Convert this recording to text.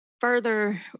further